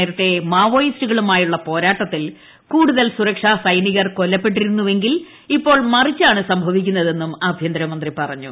നേരത്തെ മാവോയിസ്റ്റുകളുമായുള്ള പോരാട്ടത്തിൽ കൂടുതൽ സുരക്ഷാ സൈനികർ കൊല്ലപ്പെട്ടിരുന്നുവെങ്കിൽ ഇപ്പോൾ മറിച്ചാണ് സംഭവിക്കുന്നതെന്നും ആഭ്യന്തര മന്ത്രി പറഞ്ഞു